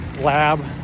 lab